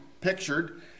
pictured